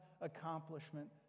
accomplishment